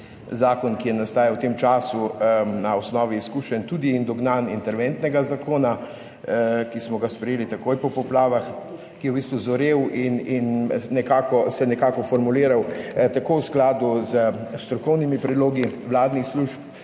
Zakon, ki je nastajal v tem času na osnovi izkušenj in tudi dognanj interventnega zakona, ki smo ga sprejeli takoj po poplavah, ki je v bistvu zorel in se nekako formuliral tako v skladu s strokovnimi predlogi vladnih služb,